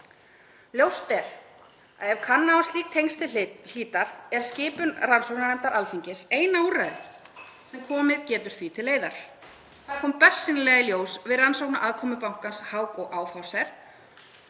Ljóst er að ef kanna á slík tengsl til hlítar er skipun rannsóknarnefndar Alþingis eina úrræðið sem komið getur því til leiðar. Það kom bersýnilega í ljós við rannsókn á aðkomu bankans Hauck &